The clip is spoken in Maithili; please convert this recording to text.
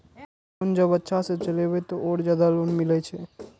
लोन जब अच्छा से चलेबे तो और ज्यादा लोन मिले छै?